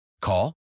Call